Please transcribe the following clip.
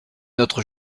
notre